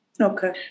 Okay